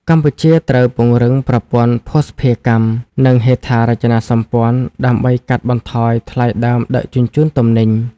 កម្ពុជាត្រូវពង្រឹងប្រព័ន្ធភស្តុភារកម្ម និងហេដ្ឋារចនាសម្ព័ន្ធ ដើម្បីកាត់បន្ថយថ្លៃដើមដឹកជញ្ជូនទំនិញ។